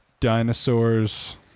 dinosaurs